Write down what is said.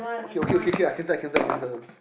okay okay okay okay I cancel I cancel I cancel